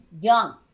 young